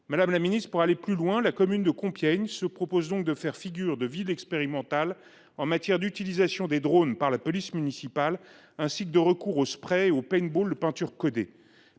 Gouvernement. Pour aller plus loin, la commune de Compiègne se propose d’être ville expérimentale en matière d’utilisation des drones par la police municipale, ainsi que de recours au spray et au paintball de peinture codée.